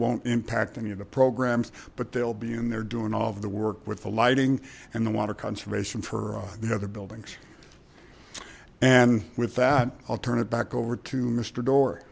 won't impact any of the programs but they'll be in there doing all of the work with the lighting and the water conservation for the other buildings and with that i'll turn it back over to mister door